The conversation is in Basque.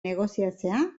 negoziatzea